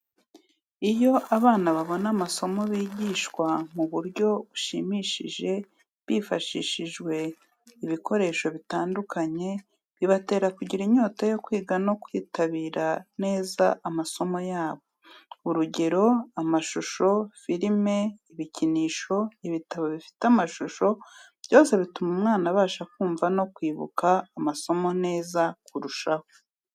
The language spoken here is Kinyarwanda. Iyo abana babona amasomo bigishwa mu buryo bushimishije bifashishijwe ibikoresho bitandukanye, bibatera kugira inyota yo kwiga no kwitabira neza amasomo yabo. Urugero, amashusho, firime, ibikinisho, ibitabo bifite ibishushanyo, byose bituma umwana abasha kumva no kwibuka amasomo neza kurushaho.